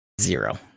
zero